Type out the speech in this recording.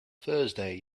thursday